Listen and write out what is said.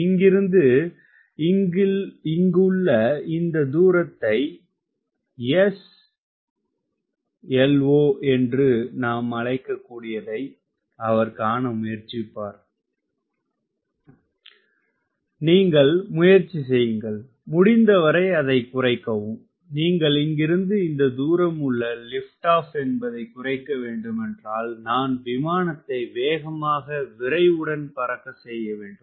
இங்கிருந்து இங்குள்ள இந்த தூரத்தை SLO என்று நாம் அழைக்கக்கூடியதை அவர் காண முயற்சிப்பார் நீங்கள் முயற்சி செய்யுங்கள் முடிந்தவரை அதைக் குறைக்கவும் நீங்கள் இங்கிருந்து இந்த தூரம் உள்ள லிப்ட் ஆப் என்பதை குறைக்க வேண்டுமென்றால் நான் விமானத்தை வேகமாக விரைவுடன் பறக்க செய்ய வேண்டும்